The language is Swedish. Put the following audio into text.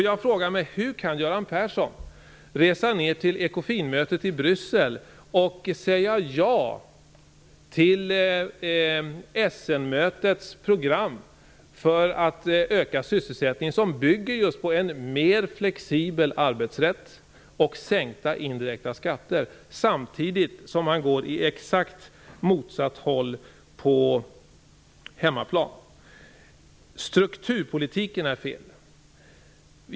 Jag frågar mig: Hur kan Göran Persson resa ner till Ecofinmötet i Bryssel och säga ja till Essenmötets program för ökad sysselsättning som just bygger på en mer flexibel arbetsrätt och sänkta indirekta skatter samtidigt som han går i exakt motsatt riktning på hemmaplan? Strukturpolitiken är felaktig.